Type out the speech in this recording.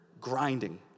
grinding